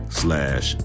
slash